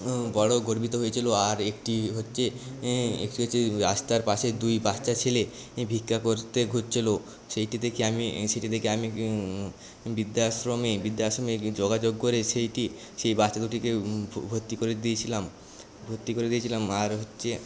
বড় গর্বিত হয়েছিল আর একটি হচ্ছে একটি হচ্ছে রাস্তার পাশে দুই বাচ্চা ছেলে ভিক্ষা করতে ঘুরছিল সেইটি দেখে আমি সেটি দেখে আমি বৃদ্ধাশ্রমে বৃদ্ধাশ্রমে যোগাযোগ করে সেইটি সেই বাচ্চা দুটিকে ভর্তি করে দিয়েছিলাম ভর্তি করে দিয়েছিলাম আর হচ্ছে